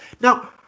now